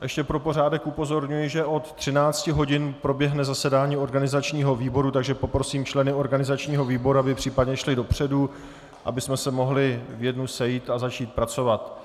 Ještě pro pořádek upozorňuji, že od 13 hodin proběhne zasedání organizačního výboru, takže poprosím členy organizačního výboru, aby případně šli dopředu, abychom se mohli v jednu sejít a začít pracovat.